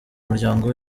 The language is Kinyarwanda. umuryango